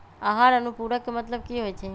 आहार अनुपूरक के मतलब की होइ छई?